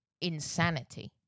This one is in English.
insanity